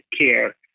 care